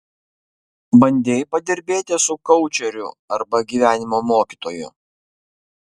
bandei padirbėti su koučeriu arba gyvenimo mokytoju